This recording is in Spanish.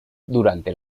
durante